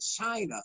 China